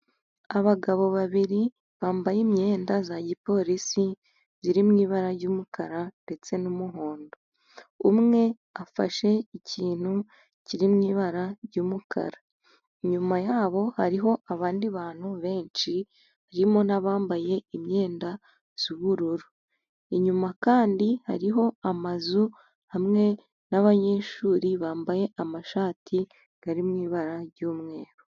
Abagabo babiri bambaye imyenda ya gipolisi iri mu ibara ry'umukara ndetse n'umuhondo, umwe afashe ikintu kiri mu ibara ry'umukara. Inyuma yabo hariho abandi bantu benshi barimo n'abambaye imyenda y'ubururu, inyuma kandi hariho amazu hamwe n'abanyeshuri bambaye amashati ari mu ibara ry'umweru.